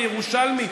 כירושלמי,